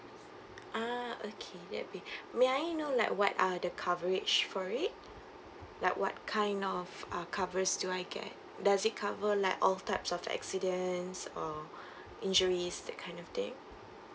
ah okay that would be may I know like what are the coverage for it like what kind of uh covers do I get does it cover like all types of accidents or injuries that kind of thing